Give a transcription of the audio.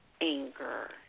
anger